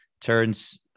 Turns